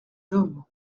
hommes